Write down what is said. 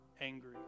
angry